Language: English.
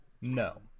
No